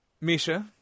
Misha